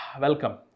welcome